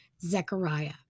Zechariah